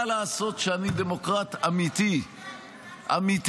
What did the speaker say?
מה לעשות שאני דמוקרט אמיתי אמיתי,